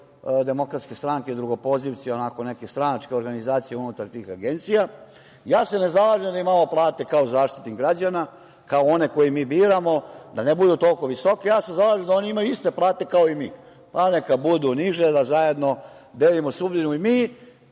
drugi poziv DS, drugopozivci onako neke stranačke organizacije unutar tih agencija. Ja se ne zalažem da imamo plate kao Zaštitnik građana, kao oni koje mi biramo, da ne budu toliko visoke. Ja se zalažem da oni imaju iste plate kao i mi, pa neka budu niže, da zajedno delimo sudbinu i mi